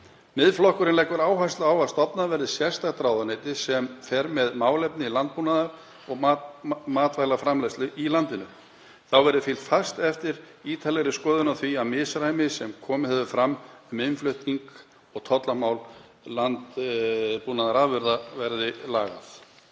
Miðflokkurinn leggur áherslu á að stofnað verði sérstakt ráðuneyti sem fer með málefni landbúnaðar og matvælaframleiðslu í landinu. Þá verði fylgt fast eftir ítarlegri skoðun á því að misræmi sem komið hefur fram í innflutningi og tollamálum landbúnaðarafurða verði lagað.